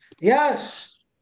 Yes